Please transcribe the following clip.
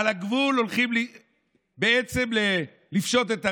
על הגבול, הולכים בעצם לפשוט את הרגל?